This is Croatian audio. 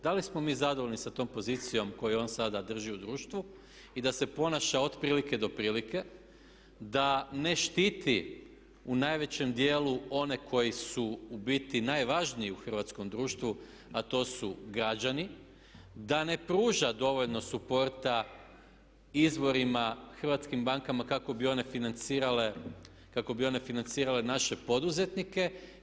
Da li smo mi zadovoljni sa tom pozicijom koju on sada drži u društvu i da se ponaša od prilike do prilike, da ne štiti u najvećem dijelu one koji su u biti najvažniji u hrvatskom društvu a to su građani, da ne pruža dovoljno supporta izvorima hrvatskim bankama kako bi one financirale naše poduzetnike.